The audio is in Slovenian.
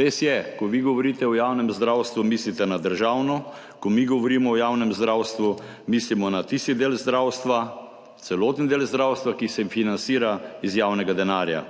Res je, ko vi govorite o javnem zdravstvu, mislite na državno, ko mi govorimo o javnem zdravstvu, mislimo na tisti del zdravstva, celoten del zdravstva, ki se financira iz javnega denarja.